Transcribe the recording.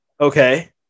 Okay